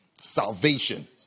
Salvation